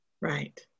Right